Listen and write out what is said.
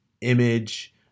image